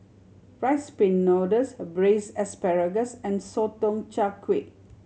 Rice Pin Noodles braise asparagus and Sotong Char Kway